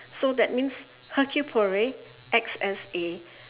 so that means hercule-poirot acts as a